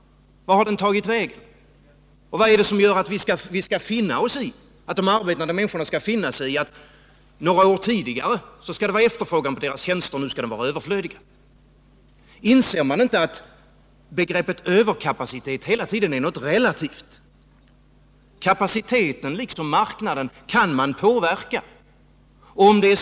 Vart har den tagit vägen? Och vad är det som gör att de arbetande människorna måste finna sig i att det några år tidigare var efterfrågan på deras tjänster men att de nu är överflödiga? Inser man inte att begreppet överkapacitet hela tiden är något relativt? Kapaciteten, liksom marknaden, kan man påverka.